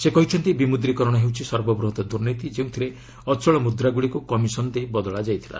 ସେ କହିଛନ୍ତି ବିମୁଦ୍ରିକରଣ ହେଉଛି ସର୍ବବୃହତ୍ ଦୁର୍ନୀତି ଯେଉଁଥିରେ ଅଚଳ ମୁଦ୍ରାଗୁଡ଼ିକୁ କମିଶନ୍ ଦେଇ ବଦଳା ଯାଇଥିଲା